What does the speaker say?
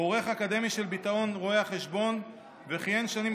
הוא עורך אקדמי של ביטאון רואי החשבון וכיהן שנים